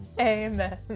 Amen